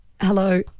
Hello